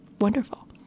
wonderful